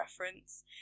reference